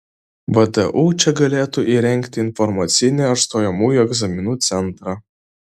vdu čia galėtų įrengti informacinį ar stojamųjų egzaminų centrą